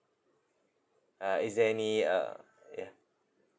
uh is there any uh yeah